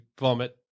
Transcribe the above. vomit